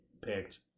picked